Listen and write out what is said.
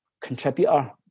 contributor